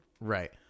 Right